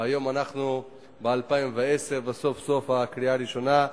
והיום אנחנו ב-2010, וסוף-סוף הקריאה הראשונה.